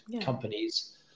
companies